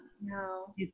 No